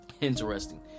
interesting